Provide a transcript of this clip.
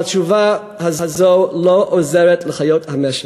אבל התשובה הזאת לא עוזרת לחיות המשק,